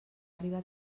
arribar